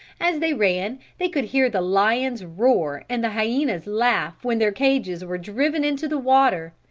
as they ran they could hear the lion's roar and the hyena's laugh when their cages were driven into the water,